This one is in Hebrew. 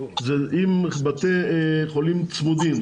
אם בתי החולים צמודים.